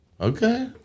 Okay